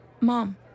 Mom